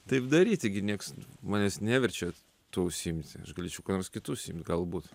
taip daryti gi nieks manęs neverčia tuo užsiimti aš galėčiau ką nors kitu užsiimt galbūt